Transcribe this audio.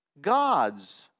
God's